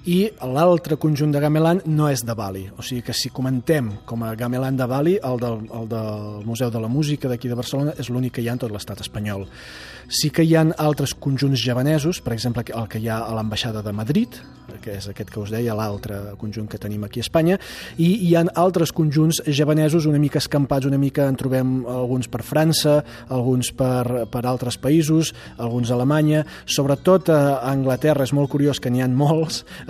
I l'altre conjunt de gamelan no és de Bali. O sigui que si comentem com a gamelan de Bali, el del- el del Museu de la Música d'aquí de Barcelona és l'únic que hi ha en tot l'estat espanyol. Sí que hi ha altres conjunts javanesos, per exemple, el que hi ha a l'Ambaixada de Madrid, que és aquest que us deia, l'altre conjunt que tenim aquí a Espanya, i hi ha altres conjunts javanesos una mica escampats, una mica en trobem alguns per França, alguns per- per altres països, alguns a Alemanya. Sobretot a Anglaterra, és molt curiós que n'hi ha molts,